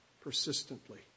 persistently